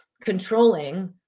controlling